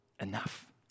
enough